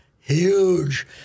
huge